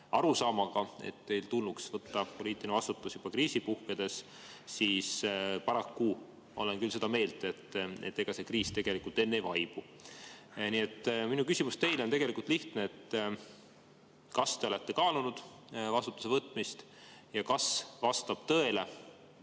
arusaamaga, et teil tulnuks võtta poliitiline vastutus juba kriisi puhkedes, siis paraku ma olen küll seda meelt, et ega see kriis tegelikult enne ei vaibu. Nii et minu küsimus teile on tegelikult lihtne: kas te olete kaalunud vastutuse võtmist? Ja kas vastab tõele